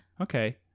Okay